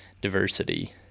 diversity